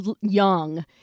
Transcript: young